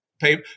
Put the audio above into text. pay